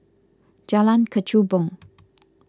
Jalan Kechubong